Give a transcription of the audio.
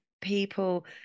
people